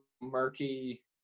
murky